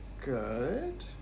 good